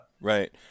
Right